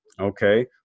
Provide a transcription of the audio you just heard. okay